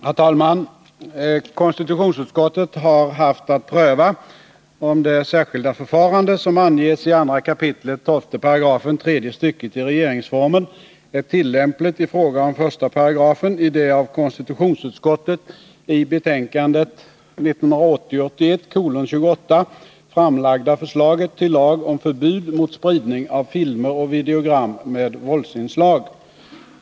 Herr talman! Konstitutionsutskottet har haft att pröva om det särskilda förfarande som anges i 2 kap. 12§ tredje stycket i regeringsformen är tillämpligt i fråga om 1§ i det av konstitutionsutskottet i betänkande 1980/81:28 framlagda förslaget till lag om förbud mot spridning av filmer och videogram med våldsinslag.